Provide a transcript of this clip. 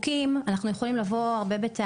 וגם לשמור על ים המלח.